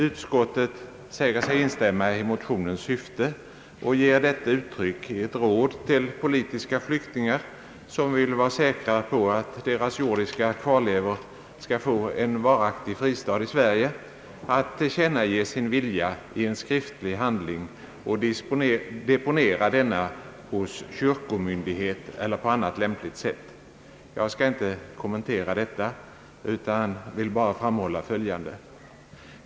Utskottet säger sig instämma i motionens syfte och ger uttryck åt detta i ett råd till politiska flyktingar, som vill vara säkra på att deras jordiska kvarlevor skall få en varaktig fristad i Sverige, att tillkännage sin vilja i en skriftlig handling och deponera denna hos kyrkomyndighet eller på annat lämpligt sätt. Jag skall inte kommentera detta, utan vill bara framhålla följande.